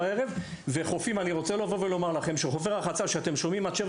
כדאי לתת לנציגים שלה